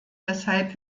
weshalb